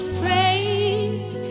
praise